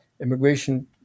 immigration